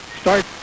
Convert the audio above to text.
start